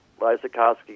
Lysakowski